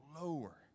lower